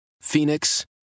Phoenix